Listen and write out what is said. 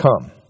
come